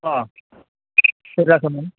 अ सोर जाखो